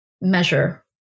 measure